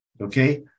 Okay